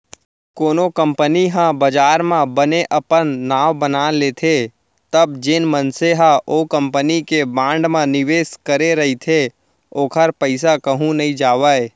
कोनो कंपनी ह बजार म बने अपन नांव बना लेथे तब जेन मनसे ह ओ कंपनी के बांड म निवेस करे रहिथे ओखर पइसा कहूँ नइ जावय